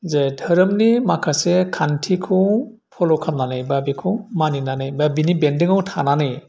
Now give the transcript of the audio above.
जे धोरोमनि माखासे खान्थिखौ फल' खालामनानै बा बेखौ मानिनानै बा बेनि बेन्दोंआव थानानै